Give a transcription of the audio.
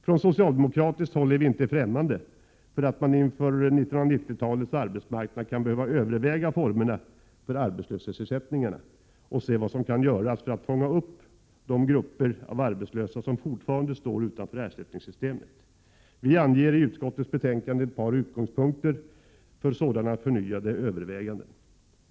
Från socialdemokratiskt håll är vi inte främmande för att man inför 1990-talets arbetsmarknad kan behöva överväga formerna för arbetslöshetsersättningarna och se vad som kan göras för att fånga in de grupper av arbetslösa som fortfarande står utanför ersättningssystemet. Vi anger i utskottets betänkande ett par av utgångspunkterna för sådana förnyade överväganden.